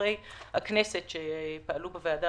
שחברי הכנסת אמרו, אנחנו הובלנו את המאבק